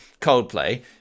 Coldplay